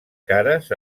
cares